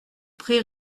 pré